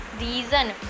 reason